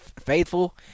faithful